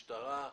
משטרה,